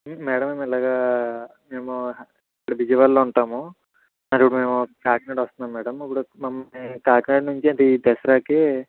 madam ఇలాగా మేము విజయవాడలో ఉంటాము ఇప్పుడు మేము కాకినాడ వస్తున్నాం మ్యాడం ఇప్పుడు మమ్మల్ని కాకినాడ నుంచి అంటే ఈ దసరాకి